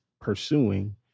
pursuing